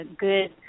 good